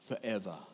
forever